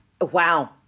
wow